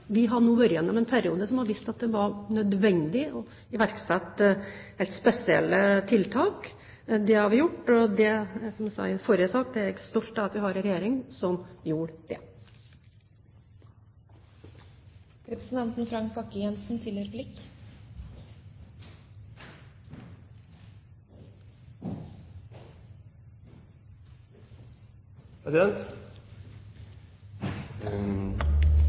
Vi har nå vært igjennom en periode som har vist at det var nødvendig å iverksette helt spesielle tiltak. Det har vi gjort, og, som jeg sa i den forrige saken: Jeg er stolt av at vi har en regjering som gjorde